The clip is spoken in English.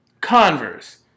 Converse